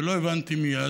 ולא הבנתי מייד,